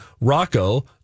Rocco